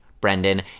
Brendan